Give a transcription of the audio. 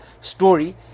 story